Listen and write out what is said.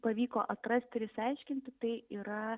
pavyko atrasti ir išsiaiškinti tai yra